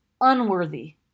unworthy